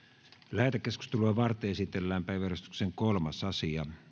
lähetekeskustelua varten esitellään päiväjärjestyksen kolmas asia